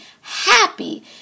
Happy